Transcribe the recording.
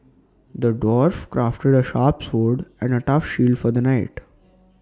the dwarf crafted A sharp sword and A tough shield for the knight